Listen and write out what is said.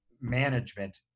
management